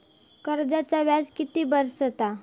कर्जाचा व्याज किती बसतला?